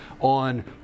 on